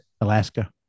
Alaska